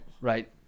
Right